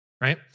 right